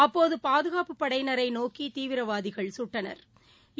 அப்போது பாதுக்ப்புப் படையினரை நோக்கி தீவிரவாதிகள் கட்டனா்